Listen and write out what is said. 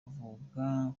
avuga